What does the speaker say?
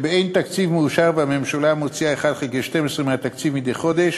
שאין תקציב מאושר והממשלה מוציאה 1 חלקי 12 מהתקציב מדי חודש,